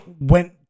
went